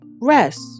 rest